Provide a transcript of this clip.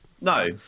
No